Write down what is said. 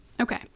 Okay